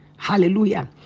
Hallelujah